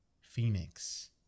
phoenix